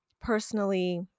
Personally